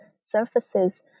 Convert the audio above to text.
surfaces